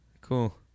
Cool